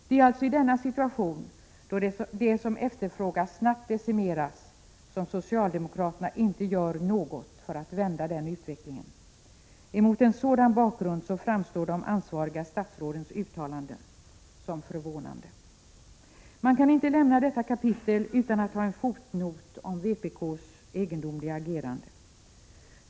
Det är alltså i denna situation då det som efterfrågas snabbt decimeras som socialdemokraterna inte gör något för att vända den utvecklingen. Mot en sådan bakgrund framstår de ansvariga statsrådens uttalanden som förvånande. Man kan inte lämna detta kapitel utan att göra en fotnot om vpk:s egendomliga agerande.